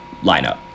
lineup